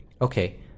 okay